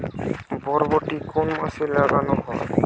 বরবটি কোন মাসে লাগানো হয়?